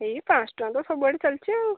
ଏଇ ପାଞ୍ଚ ଟଙ୍କା ତ ସବୁଆଡ଼େ ଚାଲିଛି ଆଉ